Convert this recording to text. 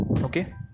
okay